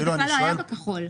זה לא היה בכחול.